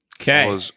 Okay